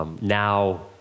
now